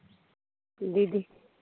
दीदी